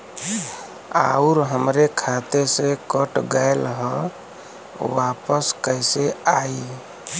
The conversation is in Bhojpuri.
आऊर हमरे खाते से कट गैल ह वापस कैसे आई?